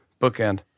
Bookend